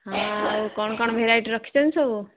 ହଁ ଆଉ କ'ଣ କ'ଣ ଭେରାଇଟି ରଖିଛନ୍ତି ସବୁ